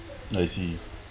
now I see